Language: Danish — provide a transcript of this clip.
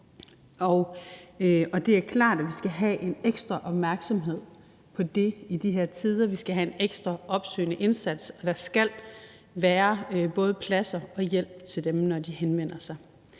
Det er klart, at vi skal have en ekstra opmærksomhed på det i de her tider. Vi skal have en ekstra opsøgende indsats, og der skal være både plads og hjælp til dem, når de henvender sig.